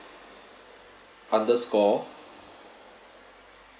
underscore